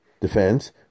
defense